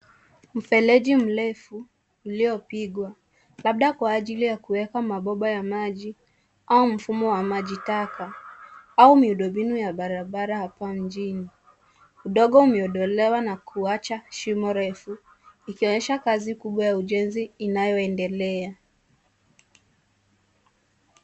Mfereji mrefu uliopigwa labda kwa ajili ya kuweka mabomba ya maji au mfumo wa maji taka au miundombinu ya barabara hapa mjini. Udongo umeondolewa na kuwacha shimo refu ikionyesha kazi kubwa ya ujenzi inayoendelea.